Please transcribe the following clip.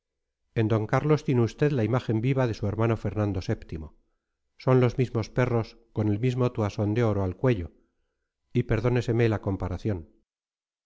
en d carlos tiene usted la imagen viva de su hermano fernando vii son los mismos perros con el mismo toisón de oro al cuello y perdóneseme la comparación